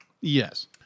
Yes